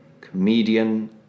comedian